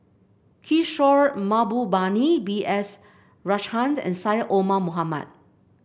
Kishore Mahbubani B S Rajhans and Syed Omar Mohamed